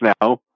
now